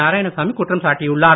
நாராயணசாமி குற்றம் சாட்டியுள்ளார்